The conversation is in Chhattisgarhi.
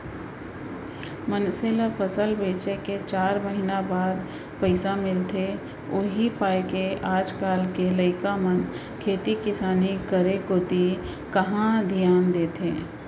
मनसे ल फसल बेचे के चार महिना बाद पइसा मिलथे उही पायके आज काल के लइका मन खेती किसानी करे कोती कहॉं धियान देथे